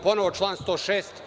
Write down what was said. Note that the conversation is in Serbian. Ponovo član 106.